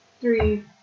three